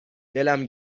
دلم